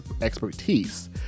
expertise